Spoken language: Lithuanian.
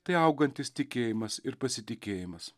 tai augantis tikėjimas ir pasitikėjimas